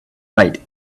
right